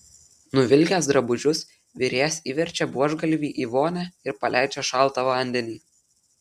nuvilkęs drabužius virėjas įverčia buožgalvį į vonią ir paleidžia šaltą vandenį